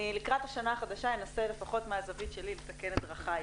לקראת השנה החדשה אנסה לפחות מהזווית שלי לתקן את דרכיי.